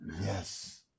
Yes